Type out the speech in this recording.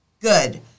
Good